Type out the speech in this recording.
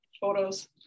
photos